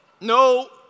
No